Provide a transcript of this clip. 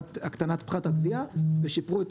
הקטנת פחת ה --- שיפרו את